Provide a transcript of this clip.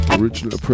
original